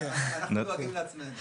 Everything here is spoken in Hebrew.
אנחנו דואגים לעצמנו.